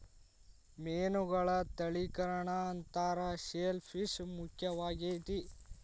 ಮೇನುಗಳ ತಳಿಕರಣಾ ಅಂತಾರ ಶೆಲ್ ಪಿಶ್ ಮುಖ್ಯವಾಗೆತಿ